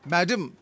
Madam